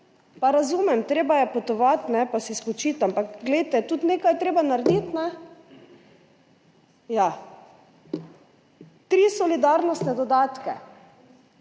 Pa razumem, treba je potovati, pa si spočiti, ampak glejte, tudi nekaj je treba narediti. Trije solidarnostni dodatki,